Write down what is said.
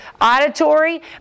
auditory